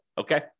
okay